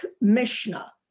mishnah